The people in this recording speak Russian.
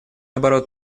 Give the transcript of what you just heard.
оборот